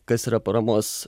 kas yra paramos